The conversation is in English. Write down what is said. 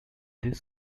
this